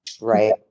Right